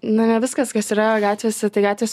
na ne viskas kas yra gatvėse tai gatvės